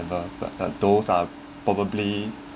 th~ the those are probably